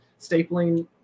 stapling